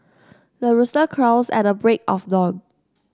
the rooster crows at the break of dawn